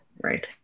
right